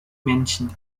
männchen